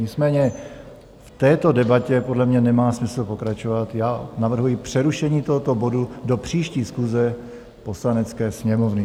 Nicméně v této debatě podle mě nemá smysl pokračovat, navrhuji přerušení tohoto bodu do příští schůze Poslanecké sněmovny.